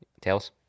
Tails